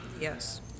Yes